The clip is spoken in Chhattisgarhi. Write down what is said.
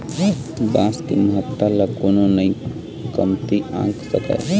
बांस के महत्ता ल कोनो नइ कमती आंक सकय